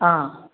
অ